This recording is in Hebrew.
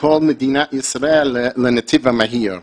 כל מדינת ישראל לנתיב מהיר.